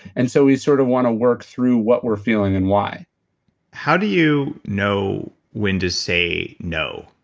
and so we sort of want to work through what we're feeling and why how do you know when to say no?